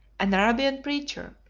an arabian preacher,